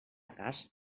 cas